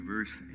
Verse